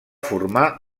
formar